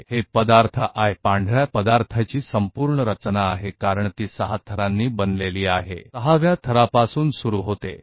यह सफेद पदार्थ है यह सफेद पदार्थ की पूरी संरचना है जिस तरह से यह 6 परतों के छठी परत से शुरू होता है